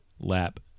lap